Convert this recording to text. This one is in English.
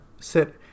sit